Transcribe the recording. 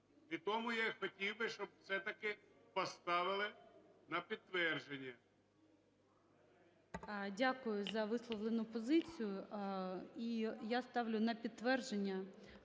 І тому я і хотів би, щоб все-таки поставили на підтвердження.